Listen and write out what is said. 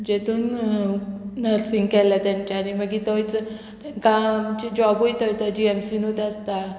जेतून नर्सींग केलां तेंच्यानी मागीर थंयच तांकां आमचे जॉबूय थंयत जीएमसीनूच आसता